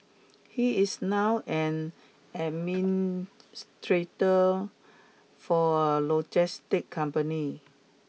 he is now an administrator for a logistics company